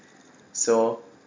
so